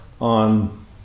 on